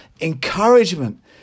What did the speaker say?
encouragement